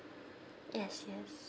yes yes